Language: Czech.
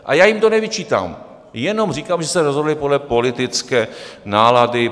A já jim to nevyčítám, jenom říkám, že se rozhodli podle politické nálady.